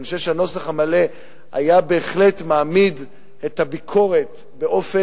ואני חושב שהנוסח המלא היה בהחלט מעמיד את הביקורת במקום